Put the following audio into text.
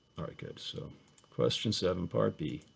alright good, so question seven, part b,